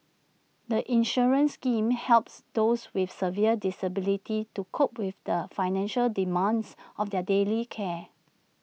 the insurance scheme helps those with severe disabilities to cope with the financial demands of their daily care